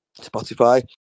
Spotify